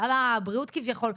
סל הבריאות כביכול,